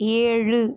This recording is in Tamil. ஏழு